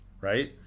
right